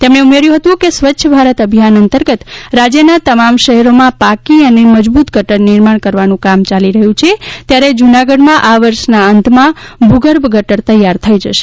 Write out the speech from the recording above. તેમણે ઉમેર્યું હતું કે સ્વચ્છ ભારત અભિયાન અંતર્ગત રાજ્યના તમામ શહેરોમાં પાકી અને મજબૂત ગટર નિર્માણ કરવાનું કામ ચાલી રહ્યું છે ત્યારે જૂનાગઢમાં આ વર્ષના અંતમાં ભૂગર્ભ ગટર તૈ યાર થઈ જશે